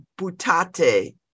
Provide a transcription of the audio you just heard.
butate